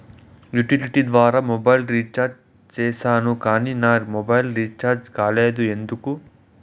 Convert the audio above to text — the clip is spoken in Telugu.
యుటిలిటీ ద్వారా మొబైల్ రీచార్జి సేసాను కానీ నా మొబైల్ రీచార్జి కాలేదు ఎందుకు?